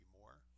more